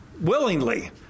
willingly